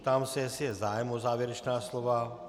Ptám se, jestli je zájem o závěrečná slova.